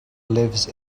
lives